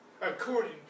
according